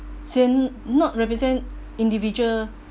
since not represent individual